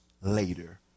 later